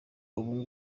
ubu